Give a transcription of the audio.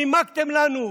נימקתם לנו.